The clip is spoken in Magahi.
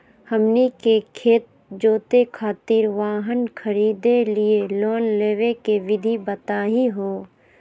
हमनी के खेत जोते खातीर वाहन खरीदे लिये लोन लेवे के विधि बताही हो?